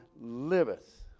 liveth